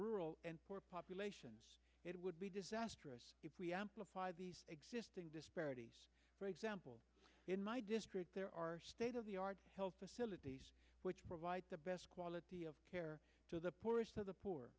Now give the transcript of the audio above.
rural populations it would be disastrous if we amplify the existing disparities for example in my district there are state of the art health facilities which provide the best quality of care to the poorest of the poor